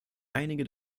einige